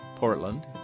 Portland